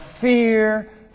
Fear